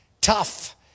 tough